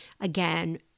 again